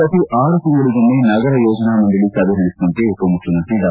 ಪ್ರತಿ ಆರು ತಿಂಗಳಿಗೊಮ್ಮೆ ನಗರ ಯೋಜನಾ ಮಂಡಳಿ ಸಭೆ ನಡೆಸುವಂತೆ ಉಪಮುಖ್ಯಮಂತ್ರಿ ಡಾ